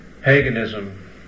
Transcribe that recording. paganism